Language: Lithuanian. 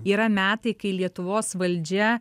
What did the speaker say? yra metai kai lietuvos valdžia